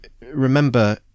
remember